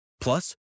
Plus